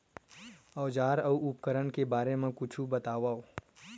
औजार अउ उपकरण के बारे मा कुछु बतावव?